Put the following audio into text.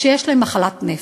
שיש להם מחלת נפש.